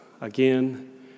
again